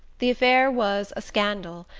the affair was a scandal,